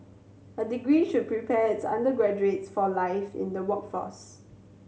a degree should prepare its undergraduates for life in the workforce